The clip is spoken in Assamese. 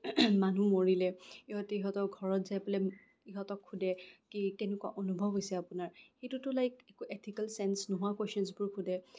মানুহ মৰিলে ইহঁতি ইহঁতৰ ঘৰত যাই পেলাই ইহঁতক সুধে কি কেনেকুৱা অনুভৱ হৈছে আপোনাৰ সেইটোতো লাইক একো এথিকেল চেঞ্চ নোহোৱা কোৱেশ্যনচবোৰ সোধে